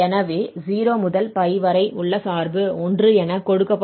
எனவே 0 முதல் π வரை உள்ள சார்பு 1 என கொடுக்கப்பட்டுள்ளது